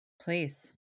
Please